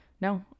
no